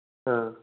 اۭں